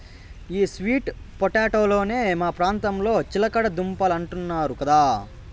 ఈ స్వీట్ పొటాటోలనే మా ప్రాంతంలో చిలకడ దుంపలంటున్నారు కదా